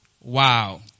Wow